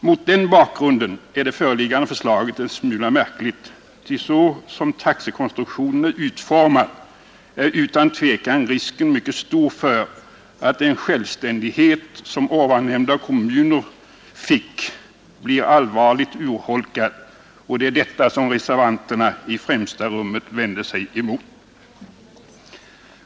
Mot den bakgrunden är det föreliggande förslaget en smula märkligt, ty så som taxekonstruktionen är utformad är utan tvekan risken mycket stor för att den självständighet som nyssnämnda kommuner fick blir allvarligt urholkad, och det är detta som reservanterna i främsta rummet vänder sig emot.